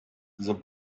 the